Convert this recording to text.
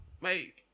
mate